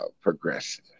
progressive